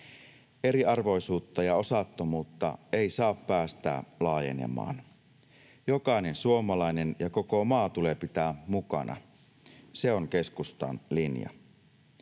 Eriarvoisuutta ja osattomuutta ei saa päästää laajenemaan. Jokainen suomalainen ja koko maa tulee pitää mukana, se on keskustan linja.